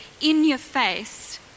in-your-face